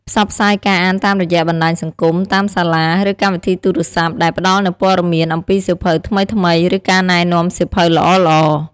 ផ្សព្វផ្សាយការអានតាមរយៈបណ្តាញសង្គម តាមសាលា ឬកម្មវិធីទូរស័ព្ទ ដែលផ្តល់នូវព័ត៌មានអំពីសៀវភៅថ្មីៗ ឬការណែនាំសៀវភៅល្អៗ។